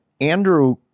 andrew